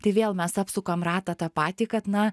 tai vėl mes apsukam ratą tą patį kad na